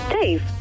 Dave